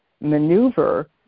maneuver